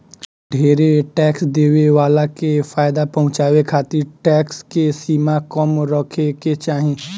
ढेरे टैक्स देवे वाला के फायदा पहुचावे खातिर टैक्स के सीमा कम रखे के चाहीं